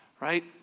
right